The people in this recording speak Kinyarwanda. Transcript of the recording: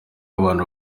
abantu